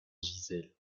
gisèle